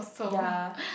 ya